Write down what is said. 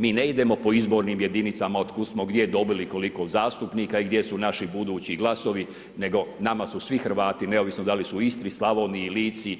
Mi ne idemo po izbornim jedinicama otkuda smo gdje dobili koliko zastupnika i gdje su naši budući glasovi nego nama su svi Hrvati neovisno da li su u Istri, Slavoniji, Lici,